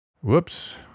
Whoops